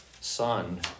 Son